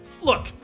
Look